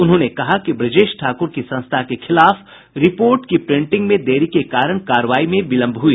उन्होंने कहा कि ब्रजेश ठाकुर की संस्था के खिलाफ रिपोर्ट की प्रिंटिंग में देरी के कारण कार्रवाई में विलंब हुई